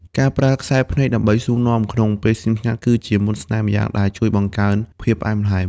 ការប្រើខ្សែភ្នែកដើម្បីសួរនាំក្នុងពេលស្ងៀមស្ងាត់ គឺជាមន្តស្នេហ៍ម្យ៉ាងដែលជួយបង្កើនភាពផ្អែមល្ហែម។